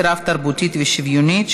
רב-תרבותית ושוויונית,